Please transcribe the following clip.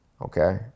Okay